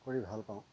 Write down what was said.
কৰি ভাল পাওঁ